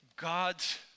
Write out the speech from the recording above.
God's